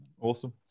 awesome